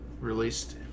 released